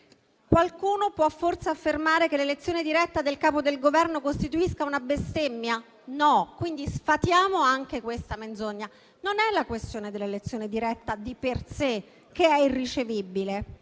«Qualcuno può affermare che l'elezione diretta del Capo del Governo costituisca una bestemmia? No». Quindi sfatiamo anche questa menzogna. Non è la questione dell'elezione diretta di per sé che è irricevibile: